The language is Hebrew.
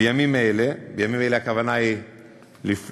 בימים אלה הכוונה היא באוגוסט,